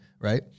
right